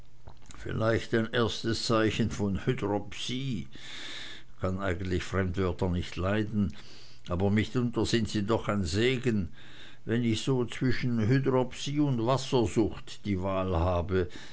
vielleicht erstes zeichen von hydropsie kann eigentlich fremdwörter nicht leiden aber mitunter sind sie doch ein segen wenn ich so zwischen hydropsie und wassersucht die wahl habe